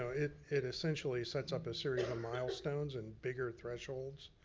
so it it essentially sets up a series of milestones and bigger thresholds.